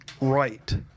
right